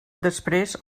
després